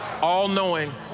all-knowing